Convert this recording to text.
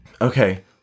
Okay